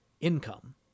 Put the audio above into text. income